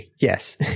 yes